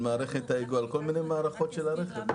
על מערכת ההיגוי ועל כל מיני מערכות של הרכב.